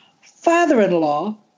father-in-law